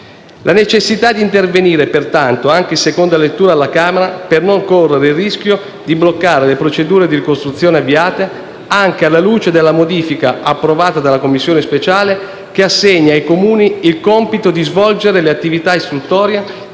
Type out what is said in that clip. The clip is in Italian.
La necessità di intervenire, pertanto, anche in seconda lettura alla Camera, per non correre il rischio di bloccare le procedure di ricostruzione avviate, anche alla luce della modifica approvata dalla Commissione speciale che assegna ai Comuni il compito di svolgere le attività istruttorie